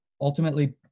ultimately